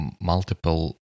multiple